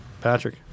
Patrick